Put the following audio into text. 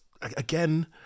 again